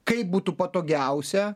kaip būtų patogiausia